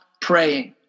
praying